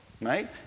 right